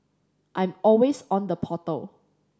I'm always on the portal